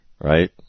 right